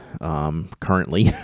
Currently